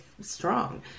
strong